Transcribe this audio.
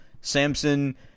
Samson